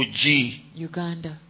Uganda